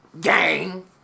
Gang